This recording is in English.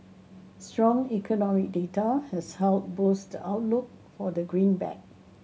strong economic data has helped boost the outlook for the greenback